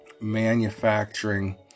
manufacturing